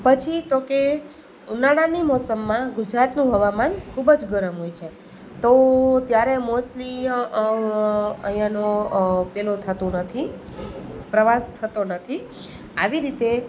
પછી તો કે ઉનાળાની મોસમમાં ગુજરાતનું હવામાન ખૂબ જ ગરમ હોય છે તો ત્યારે મોસ્લી અહીંયાનો પેલો થતું નથી પ્રવાસ થતો નથી આવી રીતે